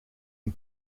een